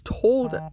told